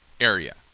area